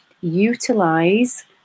utilize